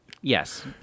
Yes